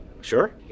Sure